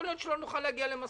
יכול להיות שלא נוכל להגיע למסקנה,